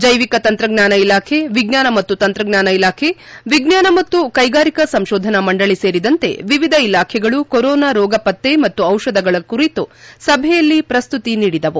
ಜೈವಿಕ ತಂತ್ರಜ್ಞಾನ ಇಲಾಖೆ ವಿಜ್ಞಾನ ಮತ್ತು ತಂತ್ರಜ್ಞಾನ ಇಲಾಖೆ ವಿಜ್ಞಾನ ಮತ್ತು ಕೈಗಾರಿಕಾ ಸಂಶೋಧನಾ ಮಂಡಳಿ ಸೇರಿದಂತೆ ವಿವಿಧ ಇಲಾಖೆಗಳು ಕೊರೋನಾ ರೋಗ ಪತ್ತೆ ಮತ್ತು ಔಷಧಗಳ ಕುರಿತು ಸಭೆಯಲ್ಲಿ ಪ್ರಸ್ತುತಿ ನೀಡಿದವು